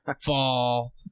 Fall